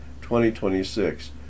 2026